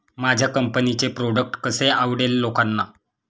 माझ्या कंपनीचे प्रॉडक्ट कसे आवडेल लोकांना?